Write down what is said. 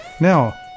Now